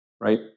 right